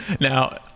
Now